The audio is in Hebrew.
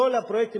כל הפרויקטים,